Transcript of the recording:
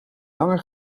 langer